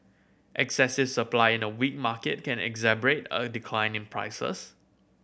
excessive supply in a weak market can exacerbate a decline in prices